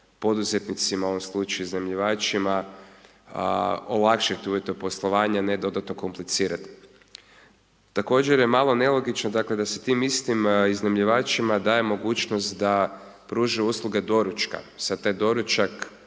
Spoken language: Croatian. poduzetnicima, u sovom slučaju iznajmljivačima, olakšati uvjete poslovanja a ne dodatno komplicirati. Također je malo nelogično dakle da se tim istim iznajmljivačima daje mogućnost da pružaju usluge doručka. Sad taj doručak